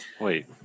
wait